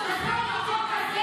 עאידה תומא סלימאן (חד"ש-תע"ל): החוק